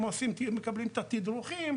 הם מקבלים תדרוכים,